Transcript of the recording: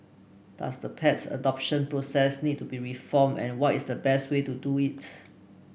does the pet adoption process need to be reformed and what is the best way to do it